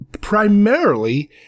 primarily